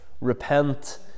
repent